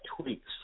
tweaks